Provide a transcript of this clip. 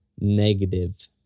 negative